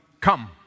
come